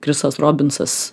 chrisas robinsas